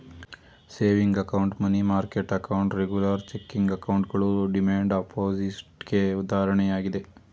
saving account, money market account, regular checking ಅಕೌಂಟ್ಗಳು demand deposit ಗೆ ಉದಾಹರಣೆಯಾಗಿದೆ